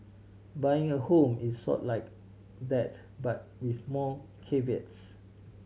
buying a home is sort like that but with more caveats